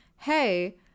hey